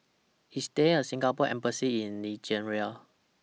IS There A Singapore Embassy in Nigeria